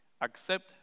Accept